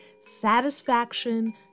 satisfaction